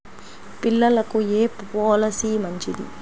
పిల్లలకు ఏ పొలసీ మంచిది?